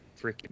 freaking